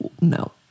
No